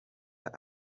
ati